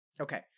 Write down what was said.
okay